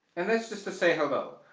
and that's just to say hello.